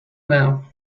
now